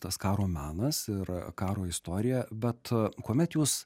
tas karo menas ir karo istorija bet kuomet jūs